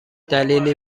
دلیلی